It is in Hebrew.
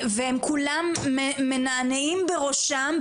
והם כולם מנענעים בראשם,